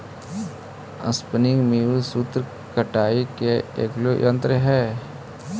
spinning mule सूत कताई के एगो यन्त्र हई